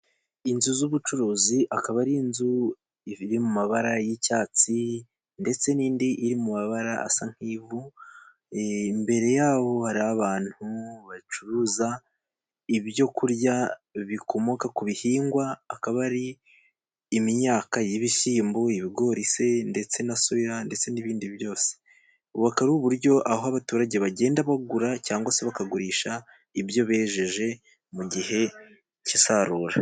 Inzu z'ubucuruzi akaba ari inzu iri mu mabara y'icyatsi, ndetse n'indi iri mu mabara asa nk'ivu ,imbere yaho hari abantu bacuruza ibyo kurya bikomoka ku bihingwa, akaba ari imyaka y'ibishyimbo ,ibigori se ndetse na soya ndetse n'ibindi byose ,aka ari uburyo aho abaturage bagenda bagura ,cyangwa se bakagurisha ibyo bejeje mu gihe cy'isarura.